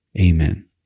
Amen